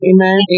Amen